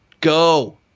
Go